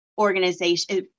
organization